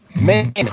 Man